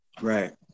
Right